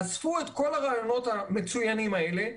אספו את כל הרעיונות המצוינים האלה,